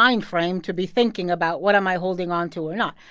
mind frame to be thinking about what am i holding on to or not.